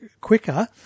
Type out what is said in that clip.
quicker